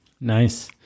Nice